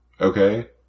Okay